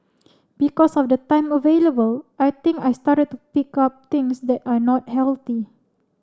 because of the time available I think I started to pick up things that are not healthy